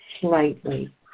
slightly